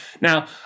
Now